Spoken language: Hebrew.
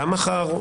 גם מחר,